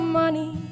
money